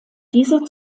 dieser